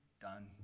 done